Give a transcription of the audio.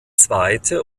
zweite